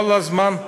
כל הזמן,